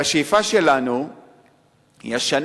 והשאיפה שלנו השנה